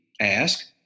ask